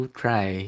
try